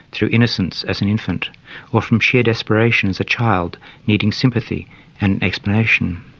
through innocence as an infant or from sheer desperation as a child needing sympathy and explanation?